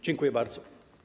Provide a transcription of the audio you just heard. Dziękuję bardzo.